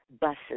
buses